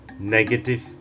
negative